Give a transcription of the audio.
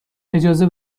اجازه